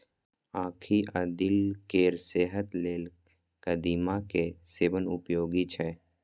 आंखि आ दिल केर सेहत लेल कदीमा के सेवन उपयोगी छै